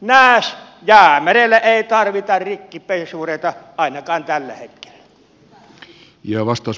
nääs jäämerelle ei tarvita rikkipesureita ainakaan tällä hetkellä